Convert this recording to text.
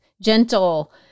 gentle